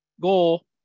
goal